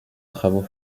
travaux